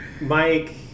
Mike